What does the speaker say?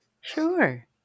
sure